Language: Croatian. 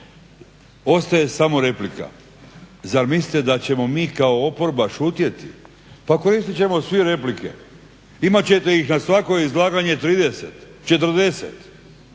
Ostaje samo replika. Zar mislite da ćemo mi kao oporba šutjeti? Pa koristi ćemo svi replike. Imat ćete ih na svako izlaganje 30, 40